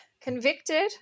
convicted